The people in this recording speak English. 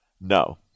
No